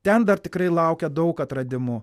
ten dar tikrai laukia daug atradimų